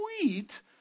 sweet